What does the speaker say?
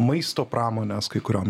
maisto pramonės kai kuriom